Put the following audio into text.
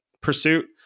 pursuit